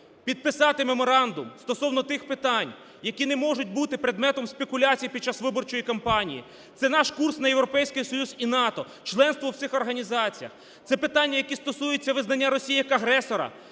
підписати меморандум стосовно тих питань, які не можуть бути предметом спекуляції під час виборчої кампанії. Це наш курс на Європейський Союз і НАТО, членство в цих організаціях. Це питання, які стосуються визнання Росії як агресора.